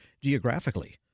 geographically